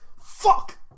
fuck